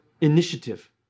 initiative